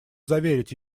заверить